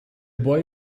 boy